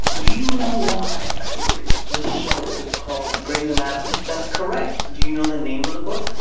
do you know why i feel crazy. this show is called grey's anatomy. that's correct. do you know the name of the book?